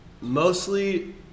mostly